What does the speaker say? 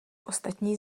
ostatní